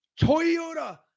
Toyota